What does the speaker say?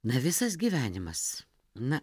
na visas gyvenimas na